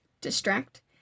distract